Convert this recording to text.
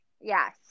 yes